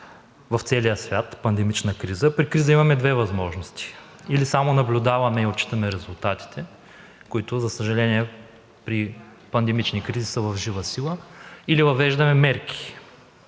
в целия свят – пандемична криза. При криза имаме две възможности: или само наблюдаваме и отчитаме резултатите, които, за съжаление, при пандемични кризи са в жива сила, или въвеждаме мерки